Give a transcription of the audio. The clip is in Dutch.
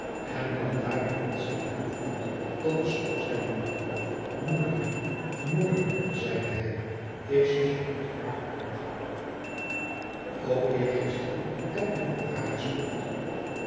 en nam daardoor ontzet de toevlugt tot den schoot zijner moeder moeder moeder zeide hij is zusje grietje waarlijk dood o eergisteren heb ik nog met haar gespeeld